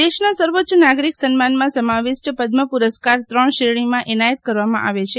દેશના સર્વોચ્ચ નાગરિક સન્માનમાં સમાવિષ્ટ પદ્મ પુરસ્કાર ત્રણ શ્રેણીમાં એનાયત કરવામાં આવે છે